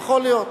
יכול להיות,